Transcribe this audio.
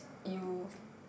you